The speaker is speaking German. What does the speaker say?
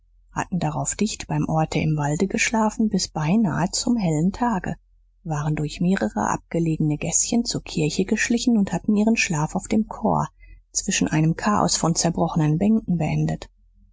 hatten darauf dicht beim orte im walde geschlafen bis beinahe zum hellen tage waren durch mehrere abgelegene gäßchen zur kirche geschlichen und hatten ihren schlaf auf dem chor zwischen einem chaos von zerbrochenen bänken beendet